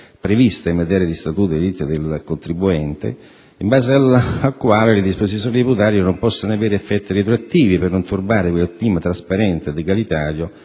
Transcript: prevista in materia di Statuto dei diritti del contribuente, in base al quale le disposizioni tributarie non possono avere effetti retroattivi per non turbare quel clima trasparente ed egalitario